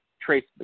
Trace